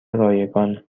رایگان